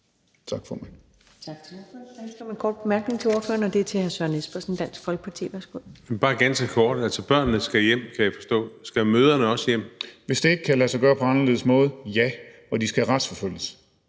Tak for det.